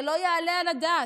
זה לא יעלה על הדעת.